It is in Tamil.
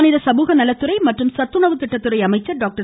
மாநில சமூகநலத்துறை மற்றும் சத்துணவு திட்டத்துறை அமைச்சர் டாக்டர்